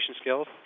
skills